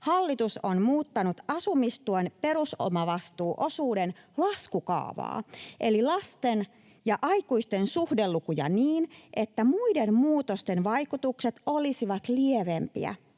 Hallitus on muuttanut asumistuen perusomavastuuosuuden laskukaavaa, eli lasten ja aikuisten suhdelukuja niin, että muiden muutosten vaikutukset olisivat lievempiä